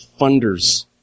funders